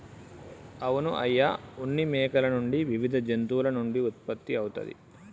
అవును అయ్య ఉన్ని మేకల నుండి వివిధ జంతువుల నుండి ఉత్పత్తి అవుతుంది